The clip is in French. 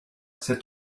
cette